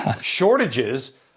shortages